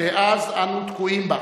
ומאז אנו תקועים בה.